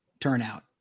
turnout